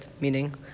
Meaning